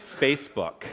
Facebook